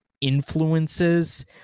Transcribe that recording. influences